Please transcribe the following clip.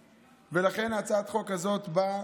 ולכן הצעת החוק הזאת באה